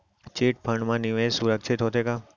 Chit fund मा निवेश सुरक्षित होथे का?